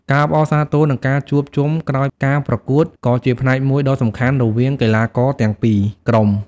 ការអបអរសាទរ និងការជួបជុំក្រោយការប្រកួតក៏ជាផ្នែកមួយដ៏សំខាន់រវាងកីឡាករទាំងពីរក្រុម។